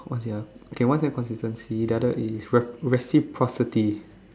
what is it ah okay one is that consistency the other is reciprocity